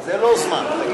אני מבקש, אדוני